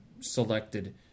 selected